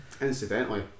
incidentally